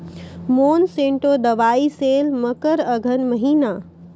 Monsanto दवाई sale मकर अघन महीना,